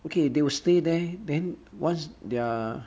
okay they will stay there then once their